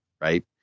right